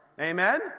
Amen